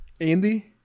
Andy